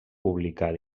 publicar